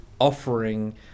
offering